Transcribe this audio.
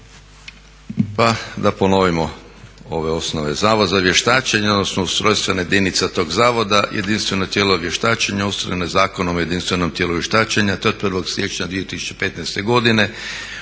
Pa da ponovimo ove osnove, Zavod za vještačenje odnosno ustrojstvena jedinica tog zavoda, jedinstveno tijelo vještačenja ustrojeno je Zakonom o jedinstvenom tijelu vještačenja te od 1.